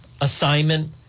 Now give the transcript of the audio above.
assignment